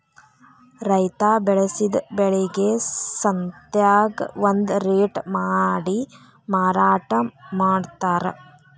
ರೈತಾ ಬೆಳಸಿದ ಬೆಳಿಗೆ ಸಂತ್ಯಾಗ ಒಂದ ರೇಟ ಮಾಡಿ ಮಾರಾಟಾ ಮಡ್ತಾರ